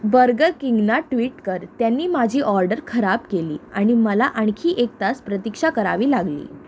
बर्गरकिंगना tweet कर त्यांनी माझी ऑर्डर खराब केली आणि मला आणखी एक तास प्रतीक्षा करावी लागली